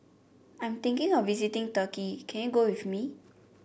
I'm thinking of visiting Turkey can you go with me